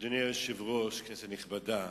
אדוני היושב-ראש, כנסת נכבדה,